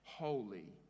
Holy